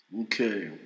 Okay